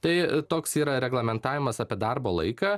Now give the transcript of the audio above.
tai toks yra reglamentavimas apie darbo laiką